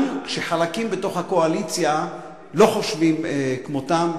גם כשחלקים בתוך הקואליציה לא חושבים כמותם,